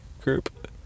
group